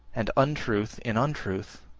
and untruth in untruth,